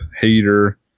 heater